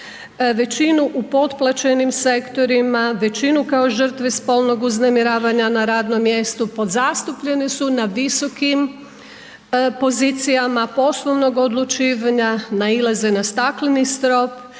Većinu u potplaćenim sektorima, većine kao žrtve spolnog uznemiravanja na radnom mjestu, podzastupljene su na visokim pozicijama, poslovnog odlučivanja, nailaze na stakleni strop.